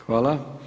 Hvala.